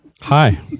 Hi